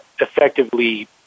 effectively